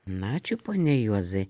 na ačiū pone juozai